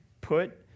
put